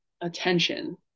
attention